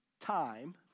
time